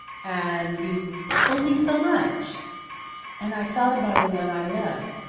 and you told me so much and i thought about it when i left.